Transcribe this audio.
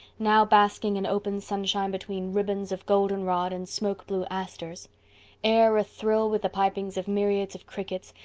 now basking in open sunshine between ribbons of golden-rod and smoke-blue asters air athrill with the pipings of myriads of crickets,